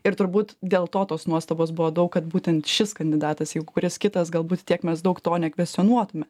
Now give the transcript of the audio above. ir turbūt dėl to tos nuostabos buvo daug kad būtent šis kandidatas jau kuris kitas galbūt tiek mes daug to nekvestionuotume